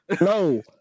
No